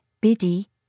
Biddy